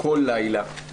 בכל לילה.